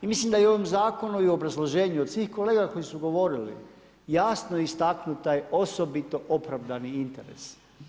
I mislim da u ovom zakonu i u obrazloženju od svih kolega koji su govorili, jasno istaknuta je osobito opravdan interes.